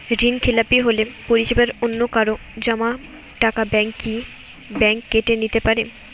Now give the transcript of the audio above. ঋণখেলাপি হলে পরিবারের অন্যকারো জমা টাকা ব্যাঙ্ক কি ব্যাঙ্ক কেটে নিতে পারে?